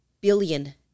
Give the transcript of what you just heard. billion